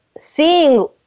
seeing